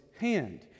hand